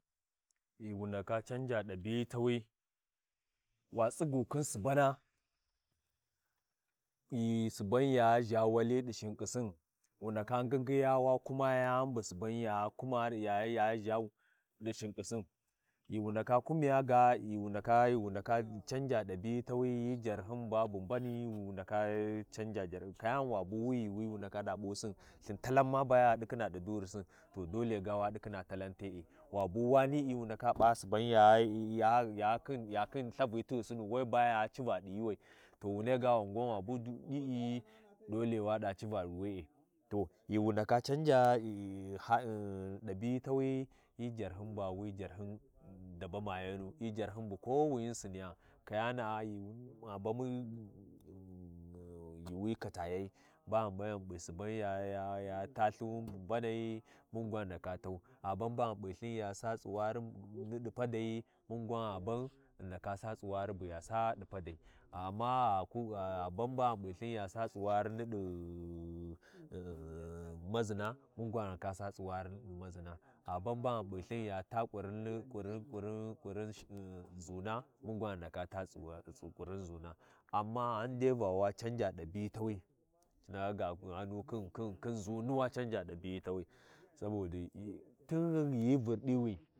Ghi wu ndaka canja ɗabi’i tawi, wa tsigu khin subana, ghi suban ya ʒha wali ɗi shinkhisin, wu ndaka nyinguiwa wa kuma yani bu subanya kuma ya- ya ʒhaɗi shinkhisin, ghi wu ndaka kumiya ga ghi wu ndaka, ghi wu ndaka canja dab’i tawi, hyi jarhyi ba bu mbani wi wu ndaka canji jarhyin, kayani wa bu wi yuwi wu ndaka ga P’usin, Lthin talan ma bayaɗi khina ɗi durisin, to dole ga wa ɗikhina talan te’e, wa bu wanɨi wu ndaka P’a suban ya khin yakhi Lthivi tighisina, we ba ya civa ɗi yuuwai to wunei ga to wangwan wa bu ɗi’i dole waɗa civa ɗi we’e, to ghi wu ndaka canja ɗabi’i tawi, hyi jarhyin ba wi jarhyin dabawayan hyi jarhyin bu kowini saniya, kayana’a ma bamu yuuwi kalayan, ba ghi bayan ghi P’i suban yafi ta Lhuni bu mbanai mungwam ndaka tau, ghanba ghi Lhuni bu mbanai, mun gwan ndaka tau, ghanba ghi piLthin ya sa tsuwari niɗi padai mun gwan gha ban ghi ndaka sa tsuwari buya saɗi padai, amma gha dan ba ghi PiLthin ya sa tsuwari niɗi-ɗi-ɗi-ɗi niɗi maʒina mun gwan ghi ndaka sa tuwari niɗi maʒina, ghaba ba ghi P’iLthu mun gwan ghi ndaka (tsuwar) ƙurim ʒuna, amma ghandai wa canja ɗabi’i tawi, ci ndaka ga ghau khin nʒuni wa canja ɗabi’i tawi, saboda ghi tin ghi hyi Vurɗiwi.